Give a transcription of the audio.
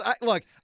look